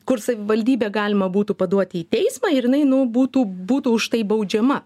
kur savivaldybę galima būtų paduoti į teismą ir jinai nu būtų būtų už tai baudžiama